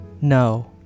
No